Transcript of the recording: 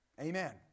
Amen